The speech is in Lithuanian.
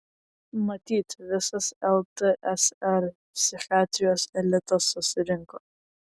matyt visas ltsr psichiatrijos elitas susirinko